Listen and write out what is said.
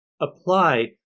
apply